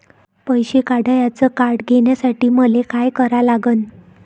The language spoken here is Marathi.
पैसा काढ्याचं कार्ड घेण्यासाठी मले काय करा लागन?